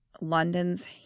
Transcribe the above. London's